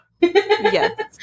Yes